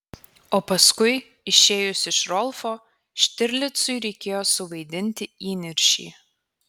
o paskui išėjus iš rolfo štirlicui reikėjo suvaidinti įniršį